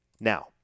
Now